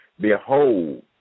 Behold